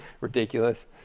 ridiculous